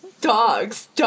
Dogs